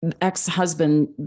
ex-husband